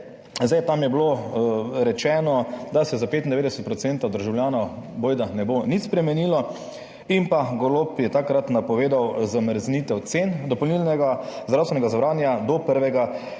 Tam je bilo rečeno, da se za 95 % državljanov bojda ne bo nič spremenilo. Golob je takrat napovedal zamrznitev cen dopolnilnega zdravstvenega zavarovanja do 1.